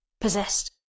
possessed